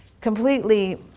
completely